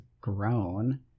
grown